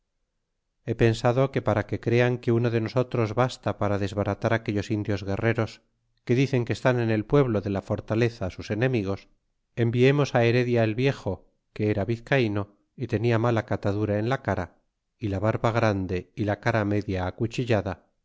he pensado que para que crean que uno de nosotros basta para desbaratar aquellos indios guerreros que dicen que están en el pueblo de la fortaleza sus enemigos enviemos heredia el viejo que era vizcaino y tenia mala catadura en la cara y la barba grande y la cara media acuchillada